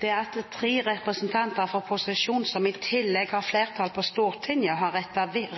Det at tre representanter fra posisjonen, som i tillegg har flertall på Stortinget, har